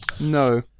no